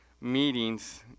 meetings